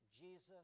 Jesus